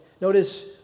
Notice